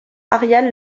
ariane